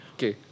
Okay